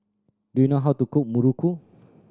do you know how to cook muruku